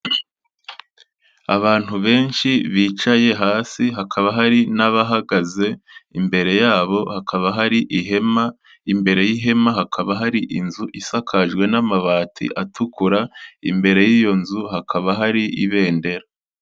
Abantu benshi bicaye hasi hakaba hari n'abahagaze, imbere yabo hakaba hari ihema imbere y'ihema hakaba hari inzu isakajwe n'amabati atukura, imbere y'iyo nzu hakaba hari ibendera.